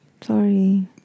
Sorry